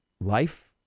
life